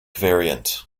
variant